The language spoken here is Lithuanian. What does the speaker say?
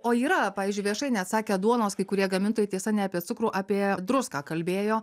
o yra pavyzdžiui viešai net sakė duonos kai kurie gamintojai tiesa ne apie cukrų apie druską kalbėjo